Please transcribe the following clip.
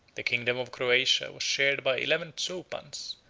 the kingdom of crotia was shared by eleven zoupans,